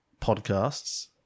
podcasts